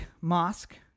Mosque